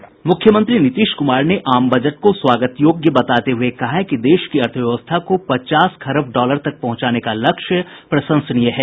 मुख्यमंत्री नीतीश कुमार ने आम बजट को स्वागतयोग्य बताते हुए कहा है कि देश की अर्थव्यवस्था को पचास खरब डॉलर तक पहुंचाने का लक्ष्य प्रशंसनीय है